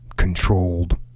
Controlled